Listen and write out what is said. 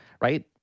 right